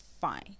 fine